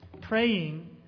Praying